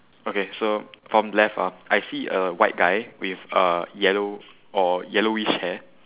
okay so top left ah I see a white guy with uh yellow or yellowish hair